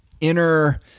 inner